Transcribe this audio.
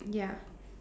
ya